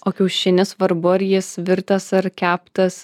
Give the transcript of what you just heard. o kiaušinis nesvarbu ar jis virtas ar keptas